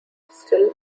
still